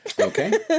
okay